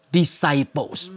disciples